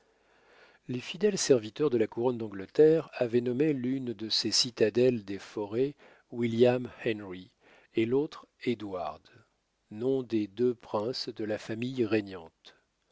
les fidèles serviteurs de la couronne d'angleterre avaient nommé l'une de ces citadelles des forêts william henry et l'autre édouard noms des deux princes de la famille régnante